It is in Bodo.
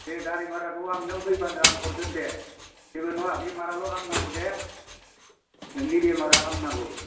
दे गारि भाराखौ आं नों फैबानो आं हरगोन दे जेबो नङा बेमाराल' हामनांगौ दे नोंनि बेमारा हामनांगौ